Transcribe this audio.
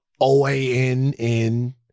OANN